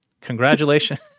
congratulations